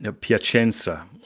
Piacenza